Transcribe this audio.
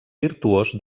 virtuós